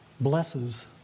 blesses